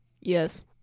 Yes